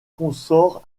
consort